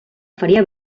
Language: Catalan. faria